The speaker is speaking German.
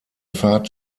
fahrt